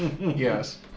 Yes